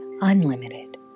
unlimited